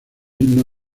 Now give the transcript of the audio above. himno